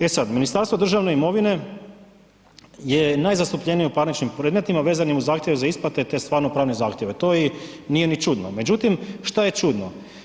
E sad, Ministarstvo državne imovine je najzastupljenije u parničnim predmetima vezanim uz zahtjev za isplate te stvarno-pravne zahtjeve, to nije ni čudno međutim šta je čudno?